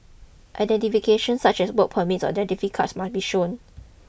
identification such as work permits or identity cards must be shown